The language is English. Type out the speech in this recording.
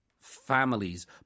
families